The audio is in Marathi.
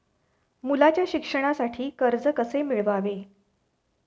मुलाच्या शिक्षणासाठी कर्ज कसे मिळवावे?